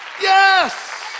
Yes